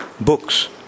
books